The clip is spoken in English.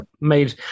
made